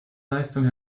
leistung